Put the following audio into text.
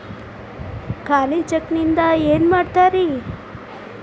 ಖಾಲಿ ಚೆಕ್ ನಿಂದ ಏನ ಮಾಡ್ತಿರೇ?